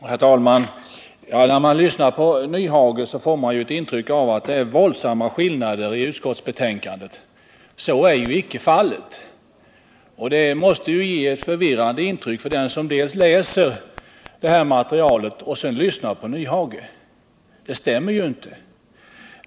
Herr talman! När man lyssnar på Hans Nyhage får man ett intryck av att det är mycket stora skillnader mellan utskottsbetänkande och reservationer. Så är nu icke fallet. Det måste ge ett förvirrande intryck på den som först har läst detta material och sedan lyssnat till Hans Nyhage — det stämmer ju inte.